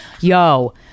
Yo